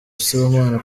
sibomana